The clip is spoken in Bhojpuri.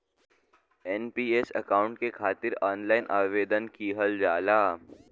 एन.पी.एस अकाउंट के खातिर ऑनलाइन आवेदन किहल जाला